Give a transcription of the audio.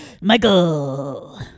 Michael